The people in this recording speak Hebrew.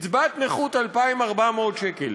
קצבת נכות של 2,400 שקל,